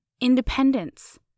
independence